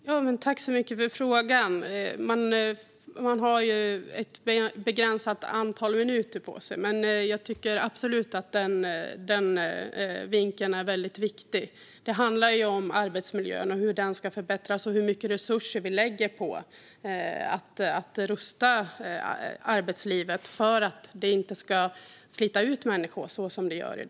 Fru talman! Jag tackar så mycket för frågan. Man har ju ett begränsat antal minuter på sig, men jag tycker absolut att den vinkeln är väldigt viktig. Det handlar om arbetsmiljön och hur den ska förbättras och hur mycket resurser vi lägger på att rusta arbetslivet för att det inte ska slita ut människor så som det gör i dag.